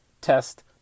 test